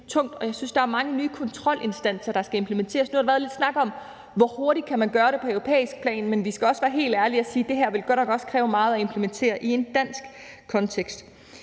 jeg synes, der er mange nye kontrolinstanser, der skal implementeres. Nu har der været lidt snak om, hvor hurtigt man kan gøre det på europæisk plan, men vi skal også være helt ærlige og sige, at det her godt nok også ville kræve meget at implementere i en dansk kontekst.